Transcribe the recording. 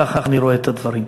כך אני רואה את הדברים.